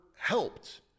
helped